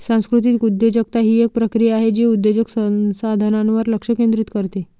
सांस्कृतिक उद्योजकता ही एक प्रक्रिया आहे जे उद्योजक संसाधनांवर लक्ष केंद्रित करते